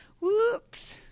Whoops